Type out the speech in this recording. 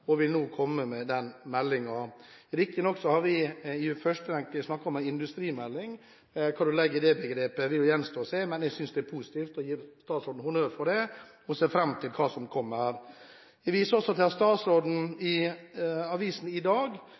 vil nå komme med denne meldingen. Riktignok snakket vi i første rekke om en industrimelding. Hva man legger i det begrepet, gjenstår å se. Men jeg synes det er positivt – og gir statsråden honnør for det – og ser fram til hva som kommer. Jeg viser også til at statsråden i avisen i dag